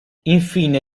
infine